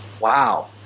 Wow